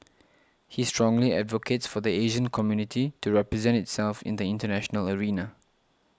he strongly advocates for the Asian community to represent itself in the international arena